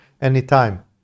anytime